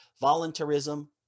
voluntarism